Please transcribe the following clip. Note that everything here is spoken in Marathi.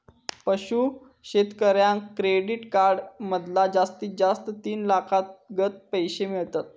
पशू शेतकऱ्याक क्रेडीट कार्ड मधना जास्तीत जास्त तीन लाखातागत पैशे मिळतत